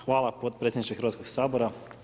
Hvala potpredsjedniče Hrvatskog sabora.